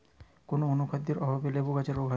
কোন অনুখাদ্যের অভাবে লেবু গাছের রোগ হয়?